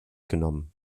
genommen